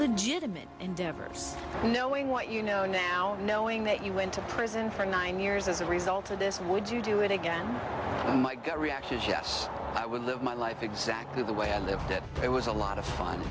legitimate endeavors knowing what you know now knowing that you went to prison for nine years as a result of this would you do it again my gut reaction is yes i would live my life exactly the way i live that it was a lot of fun